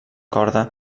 corda